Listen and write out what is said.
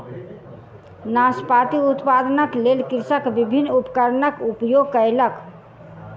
नाशपाती उत्पादनक लेल कृषक विभिन्न उपकरणक उपयोग कयलक